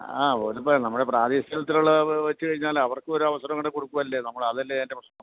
ആ ഒരു ഇപ്പം നമ്മുടെ പ്രാദേശികതലത്തിലുള്ള വെച്ച് കഴിഞ്ഞാൽ അവർക്ക് ഒരവസരം കൂടെ കൊടുക്കുമല്ലേ നമ്മളതല്ലേ അതിൻ്റെ പ്രശ്നം